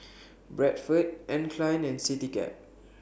Bradford Anne Klein and Citycab